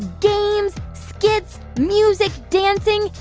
games, skits, music, dancing.